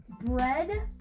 bread